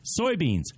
soybeans